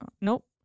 Nope